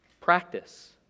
practice